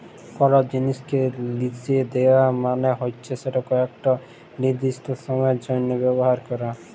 call জিলিসকে লিসে দেওয়া মালে হচ্যে সেটকে একট লিরদিস্ট সময়ের জ্যনহ ব্যাভার ক্যরা